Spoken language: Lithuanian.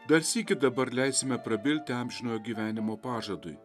dar sykį dabar leisime prabilti amžinojo gyvenimo pažadui